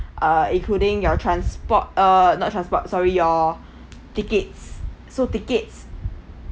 uh including your transport err not transport sorry your tickets so tickets